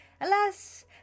alas